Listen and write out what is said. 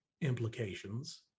implications